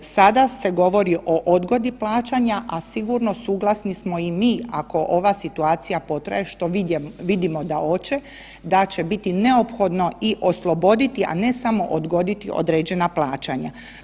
Sada se govori o odgodi plaćanja, a sigurno suglasni smo i mi ako ova situacija potraje, što vidimo da hoće, da će biti neophodno i osloboditi, a ne samo odgoditi određena plaćanja.